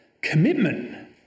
commitment